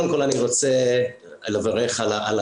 אני רוצה לברך על